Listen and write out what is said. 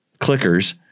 clickers